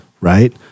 right